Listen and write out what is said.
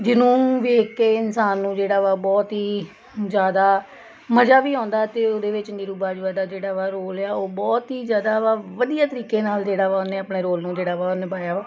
ਜਿਹਨੂੰ ਵੇਖ ਕੇ ਇਨਸਾਨ ਨੂੰ ਜਿਹੜਾ ਵਾ ਬਹੁਤ ਹੀ ਜ਼ਿਆਦਾ ਮਜ਼ਾ ਵੀ ਆਉਂਦਾ ਅਤੇ ਉਹਦੇ ਵਿੱਚ ਨੀਰੂ ਬਾਜਵਾ ਦਾ ਜਿਹੜਾ ਵਾ ਰੋਲ ਆ ਉਹ ਬਹੁਤ ਹੀ ਜ਼ਿਆਦਾ ਵਾ ਵਧੀਆ ਤਰੀਕੇ ਨਾਲ ਜਿਹੜਾ ਵਾ ਉਹਨੇ ਆਪਣੇ ਰੋਲ ਨੂੰ ਜਿਹੜਾ ਵਾ ਉਹ ਨਿਭਾਇਆ ਵਾ